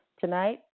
Tonight